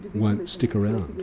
won't stick around,